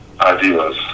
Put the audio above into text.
ideas